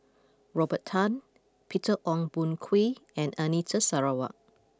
Robert Tan Peter Ong Boon Kwee and Anita Sarawak